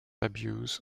abuse